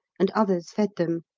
and others fed them.